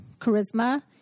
charisma